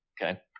okay